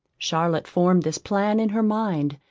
charlotte formed this plan in her mind,